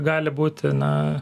gali būti na